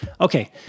Okay